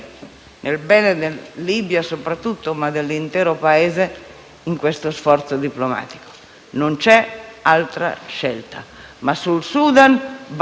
la prego di seguire con grande attenzione questa iniziativa e possibilità.